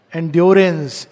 endurance